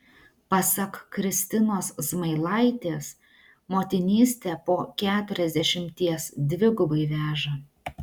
pasak kristinos zmailaitės motinystė po keturiasdešimties dvigubai veža